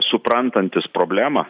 suprantantys problemą